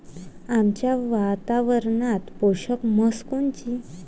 आमच्या वातावरनात पोषक म्हस कोनची?